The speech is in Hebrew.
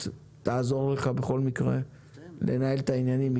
תעזור לך בכל מקרה לנהל את העניינים.